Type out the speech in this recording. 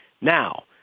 Now